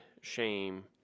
shame